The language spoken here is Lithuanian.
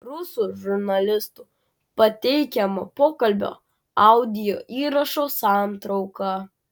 rusų žurnalistų pateikiamo pokalbio audio įrašo santrauka